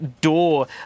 door